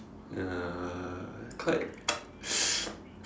ya quite